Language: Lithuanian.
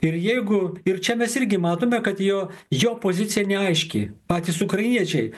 ir jeigu ir čia mes irgi matome kad jo jo pozicija neaiški patys ukrainiečiai